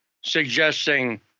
suggesting